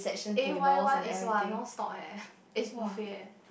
A Y one is !wah! no stock eh is buffet eh